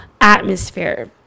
atmosphere